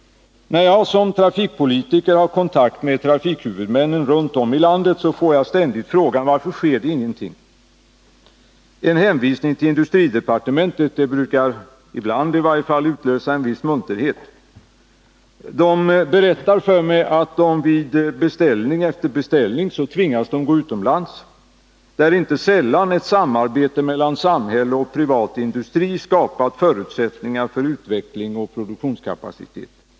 När jag som trafikpolitiker har kontakt med trafikhuvudmännen runt om i landet får jag ständigt frågan: Varför sker det ingenting? En hänvisning till industridepartementet brukar i varje fall ibland utlösa en viss munterhet. Man berättar för mig att man vid beställning efter beställning tvingas gå utomlands, där inte sällan ett samarbete mellan samhälle och privat industri skapat förutsättningar för utveckling och produktionskapacitet.